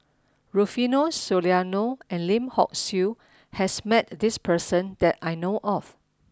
Rufino Soliano and Lim Hock Siew has met this person that I know of